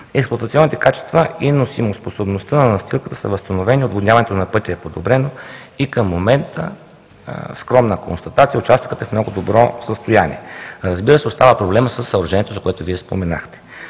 Експлоатационните и носимоспособността на настилката са възстановени, отводняването на пътя е подобрено и към момента – скромна констатация, участъкът е в много добро състояние. Разбира се, остава проблемът със съоръжението, за което Вие споменахте.